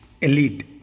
elite